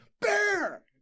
bear